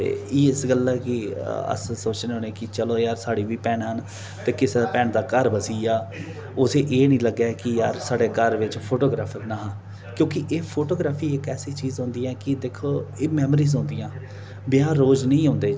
ते इस गल्ला कि अस सोचने होन्ने कि चलो यार साढ़ी बी भैनां न ते किसे भैन दा घर बस्सी जा उसी एह् नी लग्गै कि यार साढ़े घर बिच्च फोटोग्राफर नेहा क्योंकि एह् फोटोग्रैफी इक ऐसी चीज होंदी ऐ कि एह् दिक्खो मैमरीज होंदियां ब्याह् रोज नी औंदे